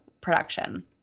production